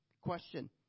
Question